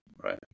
Right